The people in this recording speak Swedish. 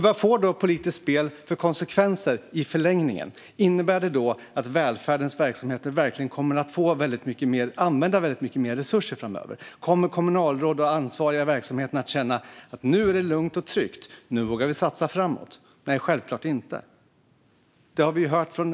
Vad får politiskt spel för konsekvenser i förlängningen? Innebär det att välfärdens verksamheter kommer att kunna använda mycket mer resurser framöver? Kommer kommunalråd och ansvariga i verksamheterna att känna att nu är det lugnt och tryggt, nu vågar vi satsa framåt? Nej, självklart inte.